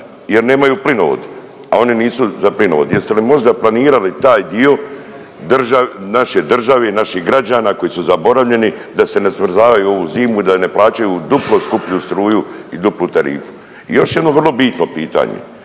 jer nemaju plinovod, a oni nisu za plinovod. Jeste li možda planirali taj dio naše države, naših građana koji su zaboravljeni da se ne smrzavaju ovu zimu i da ne plaćaju duplo skuplju struju i duplu tarifu. I još jedno vrlo bitno pitanje